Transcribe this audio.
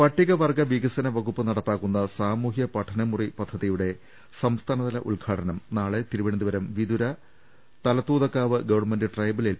പട്ടികവർഗ്ഗ വികസനവകുപ്പ് നടപ്പാക്കുന്ന സാമൂഹ്യ പഠനമുറി പദ്ധതിയുടെ സംസ്ഥാനതല ഉദ്ഘാടനം നാളെ Thiruvananthapuram Vithura Thalathoothakkavu government tribal L